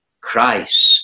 Christ